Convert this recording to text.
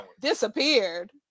Disappeared